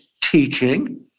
teaching